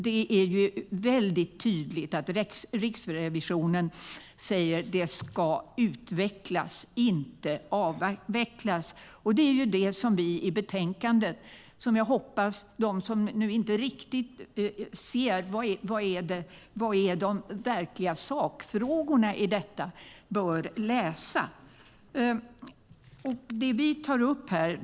Det är väldigt tydligt att Riksrevisionen säger att detta ska utvecklas, inte avvecklas. Det är det vi skriver i betänkandet, och jag hoppas att de som inte riktigt ser vad de verkliga sakfrågorna i detta är läser det.